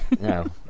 no